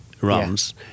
rums